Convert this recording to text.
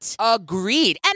Agreed